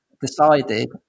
decided